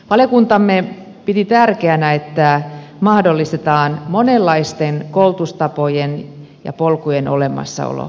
valiokuntamme piti tärkeänä että mahdollistetaan monenlaisten koulutustapojen ja polkujen olemassaolo